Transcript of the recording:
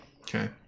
okay